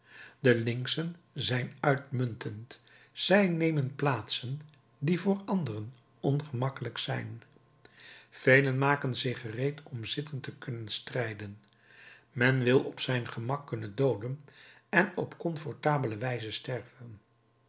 de linkschen zijn uitmuntend zij nemen plaatsen die voor anderen ongemakkelijk zijn velen maken zich gereed om zittend te kunnen strijden men wil op zijn gemak kunnen dooden en op confortable wijze sterven